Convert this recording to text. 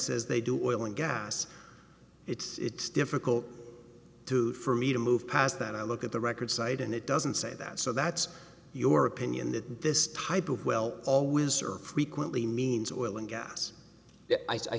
says they do oil and gas it's difficult to for me to move past that i look at the record side and it doesn't say that so that's your opinion that this type of well always are frequently means oil and gas i